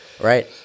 Right